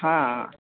हां